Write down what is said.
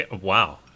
Wow